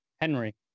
Henry